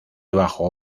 bajo